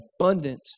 abundance